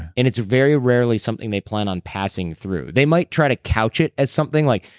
and it's very rarely something they plan on passing through. they might try to couch it as something. like,